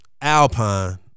Alpine